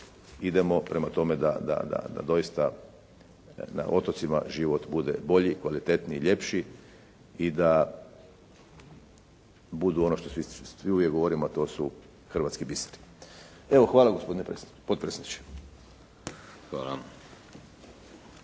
idemo prema tome da doista na otocima život bude bolji, kvalitetniji i ljepši i da budu ono što svi uvijek govorimo, a to su hrvatski biseri. Evo hvala gospodine potpredsjedniče.